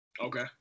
Okay